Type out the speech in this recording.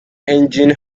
engine